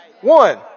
One